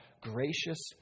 gracious